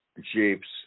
jeeps